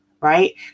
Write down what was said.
right